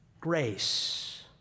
grace